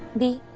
be